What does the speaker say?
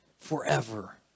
forever